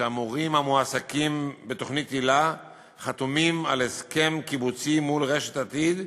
שהמורים המועסקים בתוכנית היל"ה חתומים על הסכם קיבוצי מול רשת "עתיד",